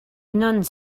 nuns